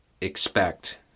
expect